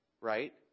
right